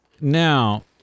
Now